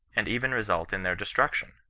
and even result in their destruction.